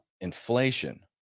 inflation